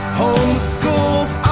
homeschooled